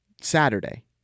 Saturday